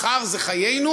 מחר זה חיינו,